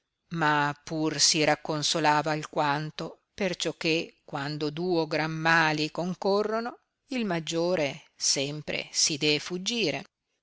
ma pur si racconsolava alquanto perciò che quando duo gran mali concorrono il maggiore sempre si dee fuggire